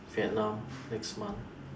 Vietnam next month